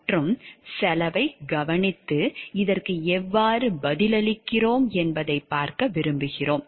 மற்றும் செலவைக் கவனித்து இதற்கு எவ்வாறு பதிலளிக்கிறோம் என்பதைப் பார்க்க விரும்புகிறோம்